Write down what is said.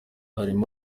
harimo